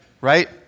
right